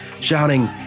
shouting